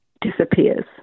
disappears